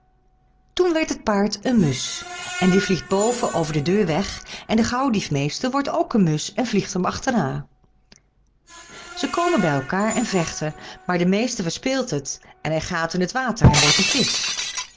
toen werd het paard een musch en die vliegt boven over de deur weg en de gauwdiefmeester wordt ook een musch en vliegt hem achterna ze komen bij elkaar en vechten maar de meester verspeelt het en hij gaat in t water en wordt een visch